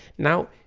now,